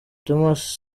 thomas